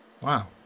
wow